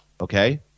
Okay